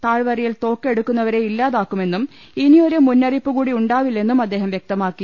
താഴ്വരയിൽ തോക്ക് എടുക്കുന്നവരെ ഇല്ലാതാക്കുമെന്നും ഇനിയൊരു മുന്നറിയിപ്പു കൂടിയുണ്ടാവില്ലെന്നും അദ്ദേഹം വ്യക്തമാക്കി